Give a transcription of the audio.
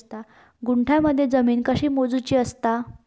गुंठयामध्ये जमीन कशी मोजूची असता?